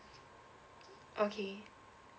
okay